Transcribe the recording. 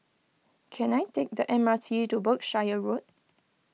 can I take the M R T to Berkshire Road